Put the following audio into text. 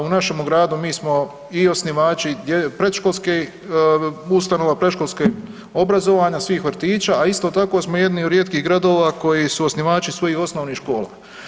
U našem gradu mi smo i osnivači predškolskih ustanova, predškolskog obrazovanja, svih vrtića, a isto tako smo jedni od rijetkih gradova koji su osnivači svojih osnovnih škola.